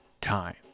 time